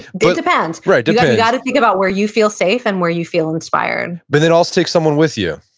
but depends right, depends you got to think about where you feel safe and where you feel inspired but then also take someone with you,